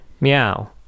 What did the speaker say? meow